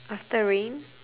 after rain